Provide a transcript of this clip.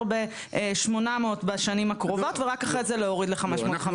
ב-800 בשנים הקרובות ורק אחרי זה להוריד ל-550.